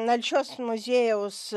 nalšios muziejaus